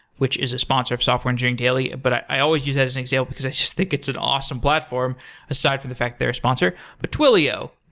which is a sponsor of software engineering daily. but i always use that as an example, because i just think it's an awesome platform aside from the fact that they're a sponsor but twilio.